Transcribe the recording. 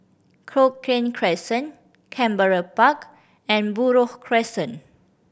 Cochrane Crescent Canberra Park and Buroh Crescent